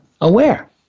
aware